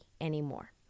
anymore